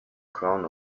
crown